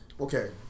Okay